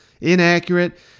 inaccurate